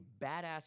badass